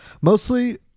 Mostly